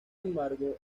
embargo